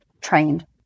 trained